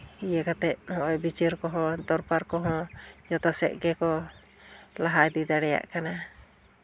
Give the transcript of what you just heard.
ᱤᱭᱟᱹ ᱠᱟᱛᱮᱫ ᱱᱚᱜᱼᱚᱭ ᱵᱤᱪᱟᱹᱨ ᱠᱚᱦᱚᱸ ᱫᱚᱨᱠᱟᱨ ᱠᱚᱦᱚᱸ ᱡᱚᱛᱚ ᱥᱮᱫ ᱜᱮᱠᱚ ᱞᱟᱦᱟ ᱤᱫᱤ ᱫᱟᱲᱮᱭᱟᱜ ᱠᱟᱱᱟ